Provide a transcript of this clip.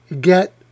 get